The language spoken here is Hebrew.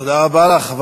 תודה רבה לך,